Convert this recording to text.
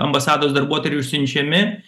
ambasados darbuotojai yra išsiunčiami